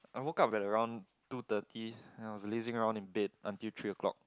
I woke up at around two thirty and I was lazing around in bed until three o-clock